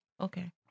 Okay